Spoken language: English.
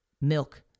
milk